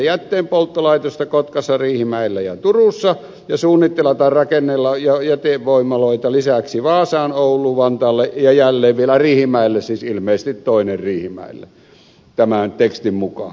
kotkassa riihimäellä ja turussa ja suunnitteilla tai rakenteilla jätevoimaloita lisäksi vaasaan ouluun vantaalle ja jälleen vielä riihimäelle siis ilmeisesti toinen riihimäelle tämän tekstin mukaan